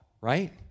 right